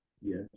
Yes